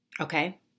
okay